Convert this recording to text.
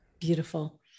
Beautiful